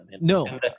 No